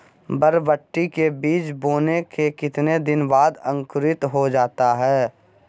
बरबटी के बीज बोने के कितने दिन बाद अंकुरित हो जाता है?